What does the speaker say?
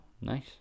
nice